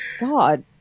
God